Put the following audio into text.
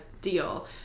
deal